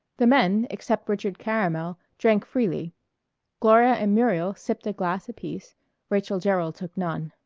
the men, except richard caramel, drank freely gloria and muriel sipped a glass apiece rachael jerryl took none.